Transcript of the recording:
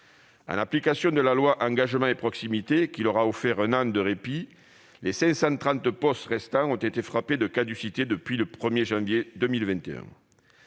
En application de la loi « Engagement et proximité », qui leur a offert un an de répit, les 530 POS restants ont été frappés de caducité depuis le 1 janvier 2021.